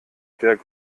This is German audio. der